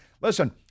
Listen